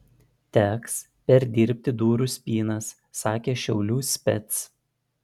teks perdirbti durų spynas sakė šiaulių spec